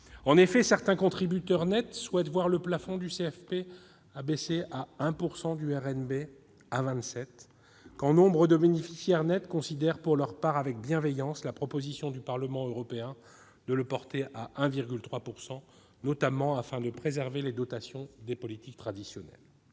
En effet, certains contributeurs nets souhaitent voir le plafond du CFP abaissé à 1 % du RNB à vingt-sept, quand nombre de bénéficiaires nets considèrent pour leur part avec bienveillance la proposition du Parlement européen de le porter à 1,3 %, notamment afin de préserver les dotations des politiques traditionnelles.